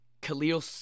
Khalil